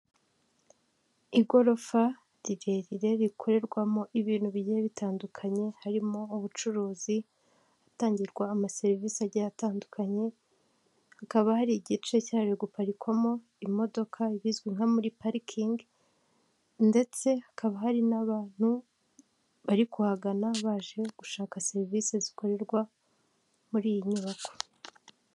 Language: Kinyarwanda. Igorofa rirerire rikorerwamo ibintu bigiye bitandukanye harimo ubucuruzi, hatangirwa amaserivisi agiye atandukanye hakaba hari igice cyaje guparikwamo imodoka ibizwi nka muri parikingi ndetse hakaba hari n'abantu bari kuhagana baje gushaka serivisi zikorerwa muri iyi nyubako.